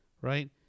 Right